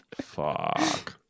Fuck